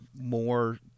more